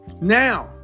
Now